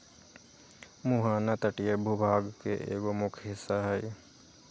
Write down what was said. मुहाना तटीय भूभाग के एगो मुख्य हिस्सा हई